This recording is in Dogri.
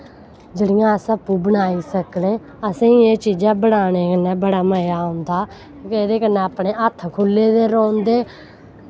जेह्ड़ियां अस आपूं बनाई सकने असें एह् चीजां बनाने कन्नै बड़ा मज़ा औंदा एह्दे कन्नै अपने हत्थ खुल्ले दे रौंह्दे